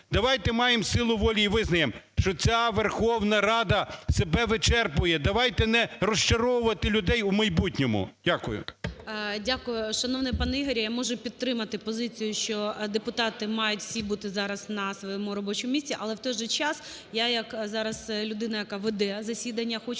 Давайте маємо силу волі і визнаємо, що ця Верховна Рада себе вичерпує. Давайте не розчаровувати людей в майбутньому. Дякую. ГОЛОВУЮЧИЙ. Дякую. Шановний пан Ігорю, я можу підтримати позицію, що депутати мають всі бути на своєму робочу місці. Але, в той же час, я як зараз людина, яка веде засідання, хочу